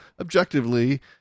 objectively